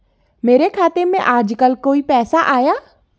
मेरे खाते में आजकल कोई पैसा आया?